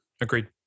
Agreed